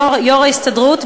יו"ר ההסתדרות,